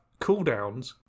cooldowns